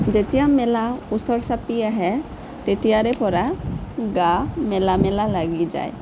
যেতিয়া মেলা ওচৰ চাপি আহে তেতিয়াৰে পৰা গা মেলা মেলা লাগি যায়